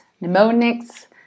mnemonics